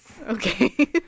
Okay